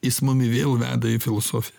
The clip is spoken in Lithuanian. jis mumi vėl veda į filosofiją